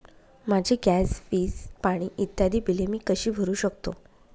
माझी गॅस, वीज, पाणी इत्यादि बिले मी कशी भरु शकतो?